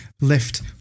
Lift